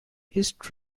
east